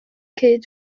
cyd